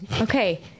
Okay